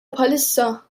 bħalissa